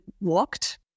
walked